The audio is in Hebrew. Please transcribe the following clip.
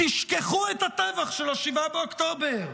שכחו את הטבח של 7 באוקטובר,